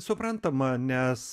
suprantama nes